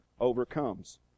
overcomes